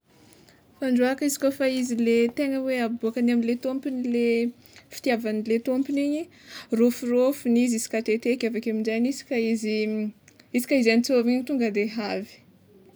Fandroàka izy koa fa izy le tegna hoe le aboakany amle tômpony le fitiavany le tômpony igny, horôfirôfiny izy jiska ateteka avekeo aminjegny isaka izy isaka izy antsôvina igny tonga de avy.